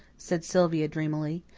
said sylvia dreamily.